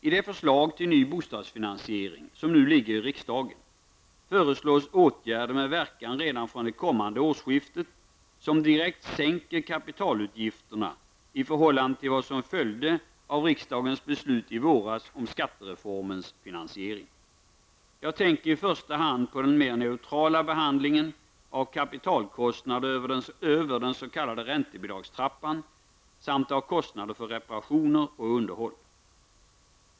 I det förslag till ny bostadsfinansiering som nu ligger i riksdagen ingår åtgärder med verkan redan från det kommande årsskiftet som direkt sänker kapitalutgifterna i förhållande till vad som följde av riksdagens beslut i våras om skattereformens finansiering. Jag tänker i första hand på den mer neutrala behandlingen av kapitalkostnader över den s.k. räntebidragstrappan samt av kostnader för reparationer och underhåll.